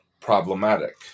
problematic